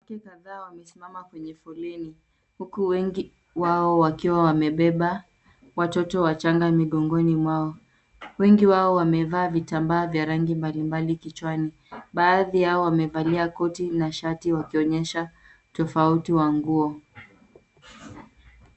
Wanawake kadhaa wamesimama kwenye foleni, huku wengi wao wakiwa wamebeba watoto wachanga migongoni mwao. Wengi wao wamevaa vitambaa vya rangi mbalimbali kichwani. Baadhi yao wamevalia koti na shati wakionyesha utofauti wa nguo.